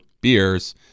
beers